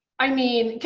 i mean,